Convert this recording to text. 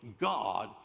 God